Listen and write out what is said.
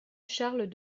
charles